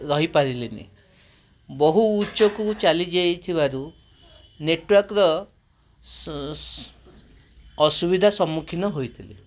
ରହିପାରିଲିନି ବହୁ ଉଚ୍ଚକୁ ଚାଲି ଯାଇଥିବାରୁ ନେଟୱାର୍କର ଅସୁବିଧା ସମ୍ମୁଖୀନ ହୋଇଥିଲି